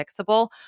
fixable